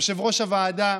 יושב-ראש הוועדה,